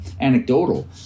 anecdotal